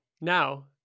Now